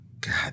God